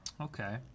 Okay